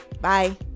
Bye